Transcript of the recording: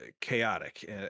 chaotic